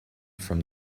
from